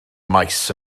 maes